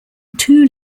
two